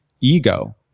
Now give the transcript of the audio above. ego